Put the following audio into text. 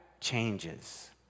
changes